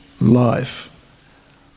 life